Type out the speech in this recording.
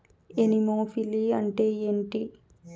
Anemophily అంటే ఏంటి?